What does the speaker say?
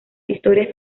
historias